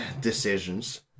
decisions